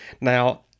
Now